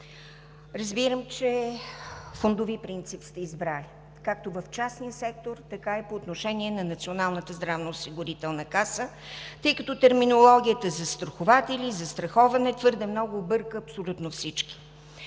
избрали фондовия принцип както в частния сектор, така и по отношение на Националната здравноосигурителна каса, тъй като терминологията „застрахователи/застраховане“ твърде много обърка абсолютно всички.